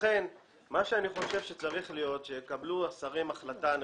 אני חושב שעל השרים לקבל החלטה נכונה,